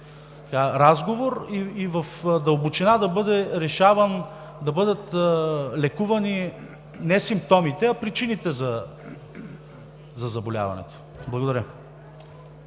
разговор и в дълбочина да бъде решаван, да бъдат лекувани не симптомите, а причините за заболяването. Благодаря.